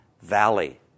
valley